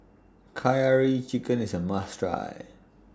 Curry Chicken IS A must Try